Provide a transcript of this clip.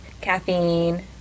caffeine